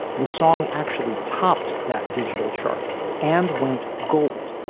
the song actually topped that digital chart and went gold,